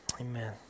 amen